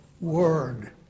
Word